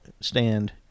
stand